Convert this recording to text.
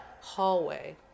hallway